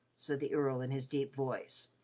said the earl in his deep voice,